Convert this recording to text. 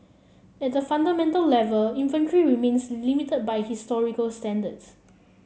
at the fundamental level inventory remains limited by historical standards